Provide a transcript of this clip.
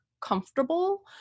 comfortable